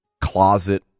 closet